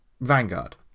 Vanguard